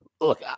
look